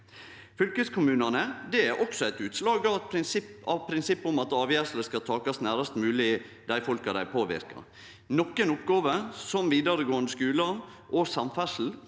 Fylkeskommunane er også eit utslag av prinsippet om at avgjersler skal takast nærast mogleg dei folka dei påverkar. Nokre oppgåver, som vidaregåande skular og samferdsel,